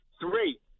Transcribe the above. Three